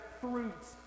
fruits